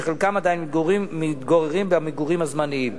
שחלקם עדיין מתגוררים במגורים הזמניים.